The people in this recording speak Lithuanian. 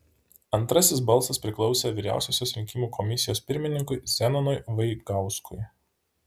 antrasis balsas priklausė vyriausiosios rinkimų komisijos pirmininkui zenonui vaigauskui